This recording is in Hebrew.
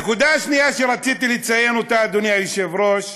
הנקודה השנייה שרציתי לציין, אדוני היושב-ראש: